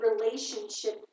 relationship